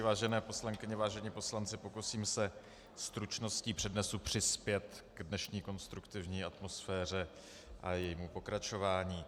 Vážené poslankyně, vážení poslanci, pokusím se stručností přednesu přispět k dnešní konstruktivní atmosféře a jejímu pokračování.